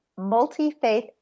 multi-faith